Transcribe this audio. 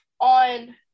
On